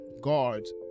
guards